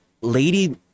Lady